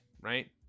Right